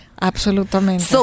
Absolutamente